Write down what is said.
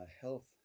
health